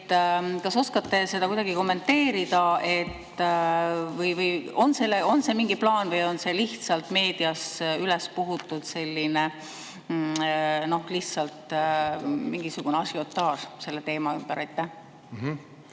Kas oskate seda kuidagi kommenteerida? On see mingi plaan või on see lihtsalt meedias ülespuhutud mingisugune ažiotaaž selle teema ümber?